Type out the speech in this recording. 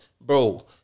bro